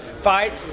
fight